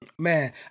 Man